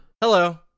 Hello